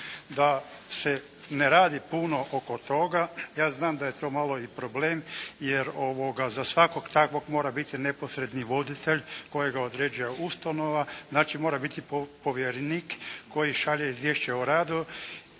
da se ne radi puno oko toga. Ja znam da je to malo i problem jer za svakog takvog mora biti neposredni voditelj kojeg određuje ustanova, znači mora biti povjerenik koji šalje izvješće o radu